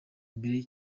mbere